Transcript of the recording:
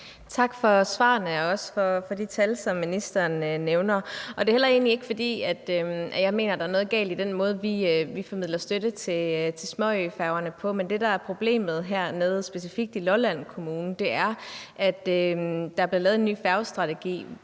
Tak for svarene og også for de tal, som ministeren nævner, og det er egentlig heller ikke, fordi jeg mener, at der er noget galt i den måde, vi formidler støtte til småøfærgerne på. Men det, der er problemet hernede, specifikt i Lolland Kommune, er, at der er blevet lavet en ny færgestrategi,